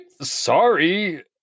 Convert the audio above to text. Sorry